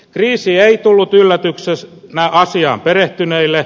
kriisi ei tullut yllätyksenä asiaan perehtyneille